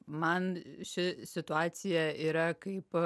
man ši situacija yra kaip